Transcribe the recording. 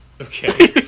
Okay